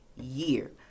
year